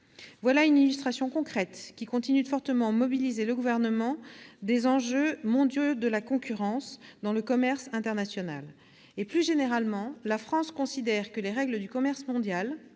Voilà une illustration concrète, qui continue de fortement mobiliser le Gouvernement, des enjeux mondiaux de la concurrence dans le commerce international. Plus généralement, la France considère que les règles du commerce mondial,